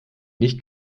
nicht